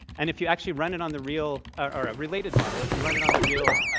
and if you actually run it on the real or a related model, if you run it on the real